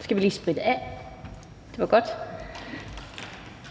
skal der lige sprittes af. Det var godt.